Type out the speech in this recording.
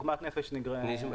עגמת נפש נגרמה,